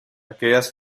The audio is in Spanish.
aquellas